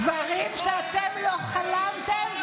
דברים שאתם לא חלמתם.